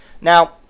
now